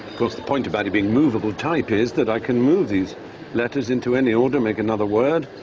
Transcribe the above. course the point about it being moveable type is that i can move these letters into any order, make another word,